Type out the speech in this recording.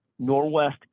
Norwest